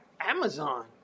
Amazon